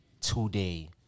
today